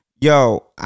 Yo